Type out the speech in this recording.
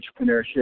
entrepreneurship